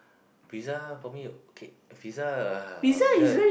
pizza for me okay pizza ah pizza